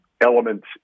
elements